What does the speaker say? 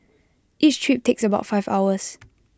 each trip takes about five hours